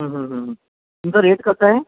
तुमचा रेट कसा आहे